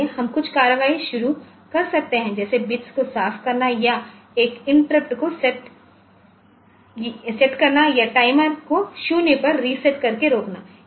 इसलिए हम कुछ कार्रवाई शुरू कर सकते हैं जैसे बिट्स को साफ़ करना या एक इंटरप्ट को सेट करना या टाइमर को 0 पर रीसेट करके रोकना